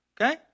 Okay